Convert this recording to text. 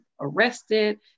arrested